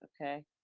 Okay